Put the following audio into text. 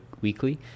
weekly